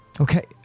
Okay